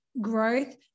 growth